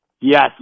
yes